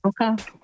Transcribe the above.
Okay